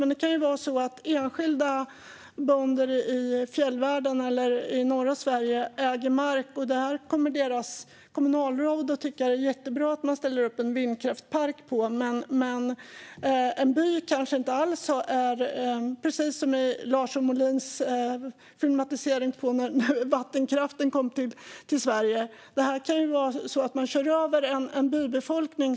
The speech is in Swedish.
Men det kan vara så att enskilda bönder i fjällvärlden eller norra Sverige äger mark där deras kommunalråd kommer att tycka att det är jättebra att ställa en vindkraftspark och att man, precis som i Lars Molins filmatisering av när vattenkraften kom till Sverige, kör över byns befolkning.